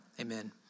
Amen